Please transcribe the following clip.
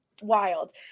Wild